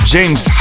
James